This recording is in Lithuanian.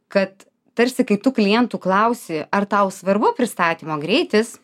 kad tarsi kai tu klientų klausi ar tau svarbu pristatymo greitis